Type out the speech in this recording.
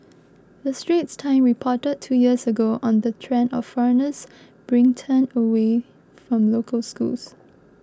the Straits Times reported two years ago on the trend of foreigners bring turned away from local schools